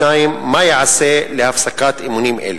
2. מה ייעשה להפסקת אימונים אלה?